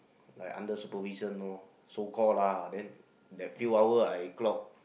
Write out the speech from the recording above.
like under supervision know so call lah then that few hour I clock